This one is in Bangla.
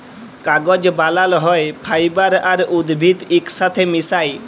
কাগজ বালাল হ্যয় ফাইবার আর উদ্ভিদ ইকসাথে মিশায়